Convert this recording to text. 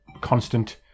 constant